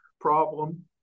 problem